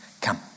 Come